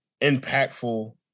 impactful